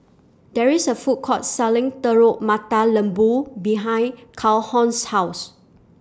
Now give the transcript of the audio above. There IS A Food Court Selling Telur Mata Lembu behind Calhoun's House